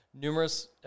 numerous